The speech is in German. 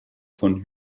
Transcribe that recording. von